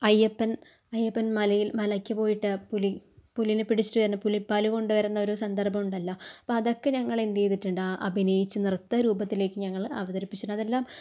അയ്യപ്പൻ അയ്യപ്പൻ മലയിൽ മലക്ക് പോയിട്ട് പുലി പുലിനെ പിടിച്ചിട്ടു വരുന്ന പുലിപ്പാ ല് കൊണ്ട് വരുന്ന ഒരു സന്ദർഭമുണ്ടല്ലോ അപ്പോൾ അതൊക്കെ ഞങ്ങൾ എന്തെയ്തിട്ടുണ്ട് അഭിനയിച്ചു നൃത്ത രൂപത്തിലേക്ക് ഞങ്ങൾ അവതരിപ്പിച്ചിട്ടുണ്ട് അതെല്ലാം